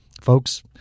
folks